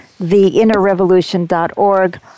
TheInnerRevolution.org